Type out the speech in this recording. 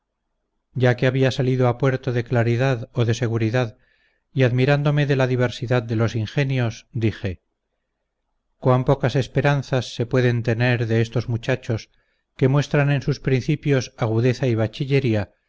ya que había salido a puerto de claridad o de seguridad y admirándome de la diversidad de los ingenios dije cuán pocas esperanzas se pueden tener de estos muchachos que muestran en sus principios agudeza y bachillería